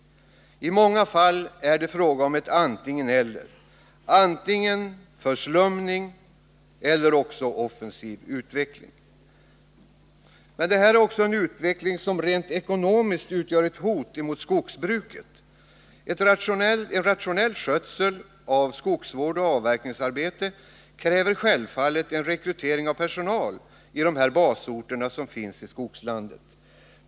I många fall är det fråga om ett antingen-eller. dvs. antingen förslumning eller också offensiv utveckling. Men detta är också en utveckling som rent ekonomiskt utgör ett hot mot skogsbruket. En rationell skötsel av skogsvård och avverkningsarbete kräver självfallet rekrytering av personal i skogslandets basorter.